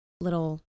little